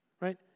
right